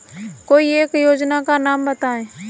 कोई एक योजना का नाम बताएँ?